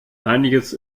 einiges